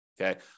Okay